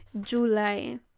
july